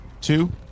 two